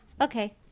okay